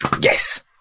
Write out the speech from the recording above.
Yes